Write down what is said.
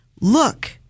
look